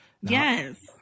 Yes